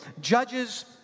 Judges